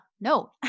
no